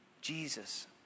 Jesus